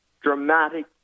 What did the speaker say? dramatic